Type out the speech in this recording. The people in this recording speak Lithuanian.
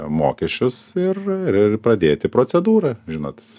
mokesčius ir ir pradėti procedūrą žinot